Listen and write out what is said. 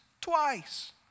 twice